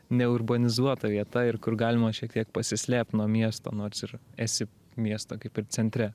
neurbanizuota vieta ir kur galima šiek tiek pasislėpt nuo miesto nors ir esi miesto kaip ir centre